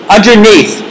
Underneath